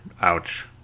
Ouch